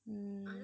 mm